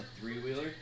three-wheeler